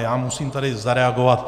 Já musím tady zareagovat.